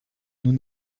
nous